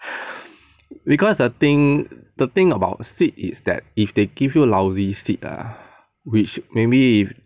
because the thing the thing about seed is that if they give you lousy seed which maybe if